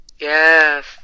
Yes